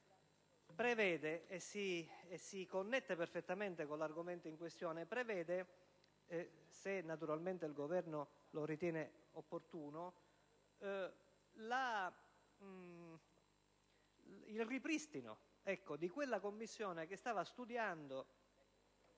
G101, che si connette perfettamente con l'argomento in questione, prevede (naturalmente, se il Governo lo riterrà opportuno) il ripristino della commissione che stava studiando